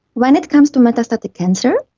when it comes to metastatic cancer,